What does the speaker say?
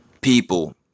People